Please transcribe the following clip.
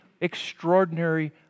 extraordinary